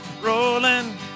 rolling